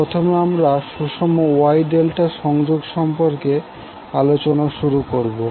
প্রথমে আমরা সুষম Y ∆ সংযোগ সম্পর্কে আলোচনা শুরু করবো